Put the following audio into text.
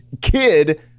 kid